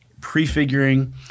prefiguring